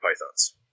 pythons